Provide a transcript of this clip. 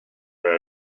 where